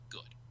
good